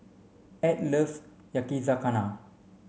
add loves Yakizakana